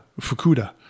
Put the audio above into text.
Fukuda